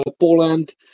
Poland